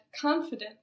confident